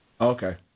Okay